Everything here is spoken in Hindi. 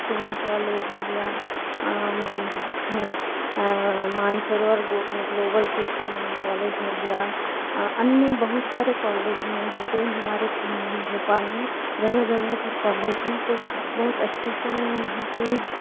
सेम कॉलेज हो गया मानसरोवर ग्लो ग्लोबल सिट कॉलेज हो गया अन्य बहुत सारे कॉलेज हैं यहाँ पे हमारे भोपाल में जगह जगह पर कॉलेज हैं तो बहुत अच्छे से यहाँ पे